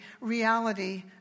reality